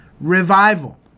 Revival